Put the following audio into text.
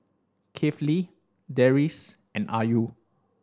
Kifli Deris and Ayu